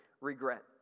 regret